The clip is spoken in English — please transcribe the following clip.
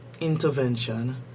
intervention